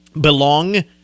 belong